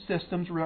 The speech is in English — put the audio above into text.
Systems